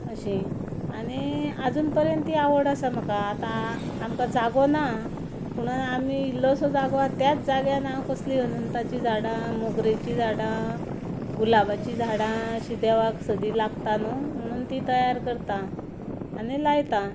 अशीं आनी आजून पर्यांत ती आवड आसा म्हाका आतां आमकां जागो ना पुणून आमी इल्लोसो जागो आसा त्याच जाग्यार हांव कसलीं अनंताचीं झाडां मोगरेचीं झाडां गुलाबाचीं झाडां अशीं देवाक सदीं लागता न्हय म्हणून तीं तयार करता आनी लायतां